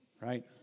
Right